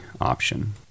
option